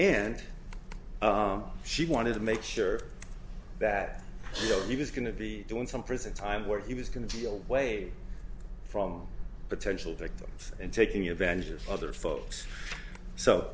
and she wanted to make sure that he was going to be doing some prison time where he was going to deal from potential victims and taking advantage of other folks so